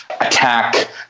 attack